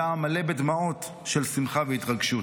היה מלא בדמעות של שמחה והתרגשות.